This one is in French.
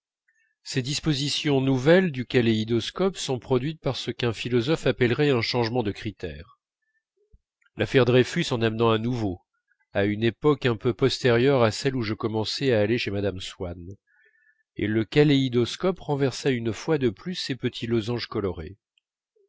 ces dispositions nouvelles du kaléidoscope sont produites par ce qu'un philosophe appellerait un changement de critère l'affaire dreyfus en amena un nouveau à une époque un peu postérieure à celle où je commençais à aller chez mme swann et le kaléidoscope renversa une fois de plus ses petits losanges colorés